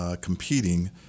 Competing